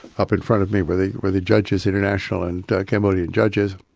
up in front of me were the were the judges, international and cambodian judges,